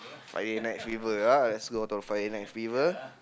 Friday night fever ah let's go to the Friday night fever